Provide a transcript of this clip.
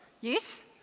Yes